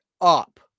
up